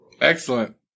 Excellent